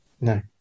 no